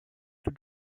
توی